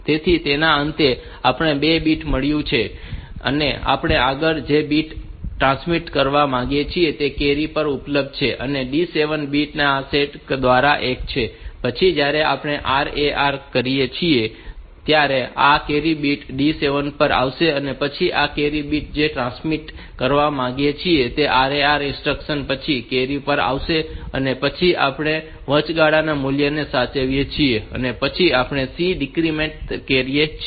તેથી તેના અંતે આપણને એ બીટ મળ્યું છે અને આપણે આગળ જે બીટ ટ્રાન્સમિટ કરવા માંગીએ છીએ તે કેરી માં ઉપલબ્ધ છે અને D 7 બીટ આ સેટ કેરી દ્વારા એક છે અને પછી જ્યારે આપણે આ RAR કરીએ છીએ ત્યારે આ કેરી બીટ D7 પર આવે છે અને પછી આ કેરી બીટ જે આપણે ટ્રાન્સમિટ કરવા માંગીએ છીએ તે આ RAR ઇન્સ્ટ્રક્શન્સ પછી કેરી પર આવે છે અને પછી આપણે આ વચગાળાના મૂલ્યને સાચવીએ છીએ અને પછી આપણે C ડીક્રીમેન્ટ કરીએ છીએ